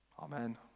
Amen